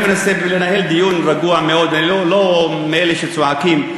אני מנסה לנהל דיון רגוע מאוד ואני לא מאלה שצועקים,